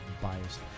biased